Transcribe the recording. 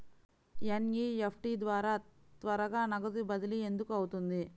NEFT ద్వారా త్వరగా నగదు బదిలీ ఎందుకు అవుతుంది?